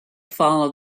follow